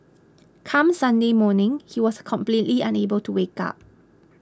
come Sunday morning he was completely unable to wake up